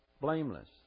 blameless